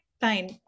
fine